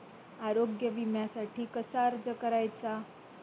आरोग्य विम्यासाठी कसा अर्ज करायचा?